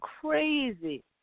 crazy